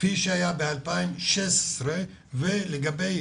כפי שהיה ב-2016 ולגבי